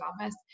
office